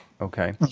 okay